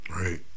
Right